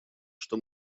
что